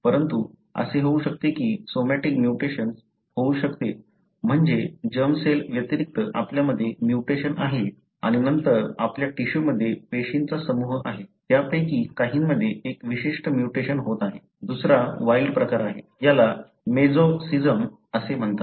परंतु असे होऊ शकते की सोमॅटिक म्युटेशन होऊ शकते म्हणजे जर्मसेल व्यतिरिक्त आपल्यामध्ये म्युटेशन आहे आणि नंतर आपल्या टिश्यू मध्ये पेशींचा समूह आहे त्यापैकी काहींमध्ये एक विशिष्ट म्युटेशन होत आहे दुसरा वाइल्ड प्रकार आहे याला मोजेसीजम असे म्हणतात